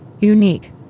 Unique